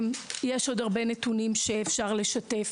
יש עוד הרבה נתונים שאפשר לשתף.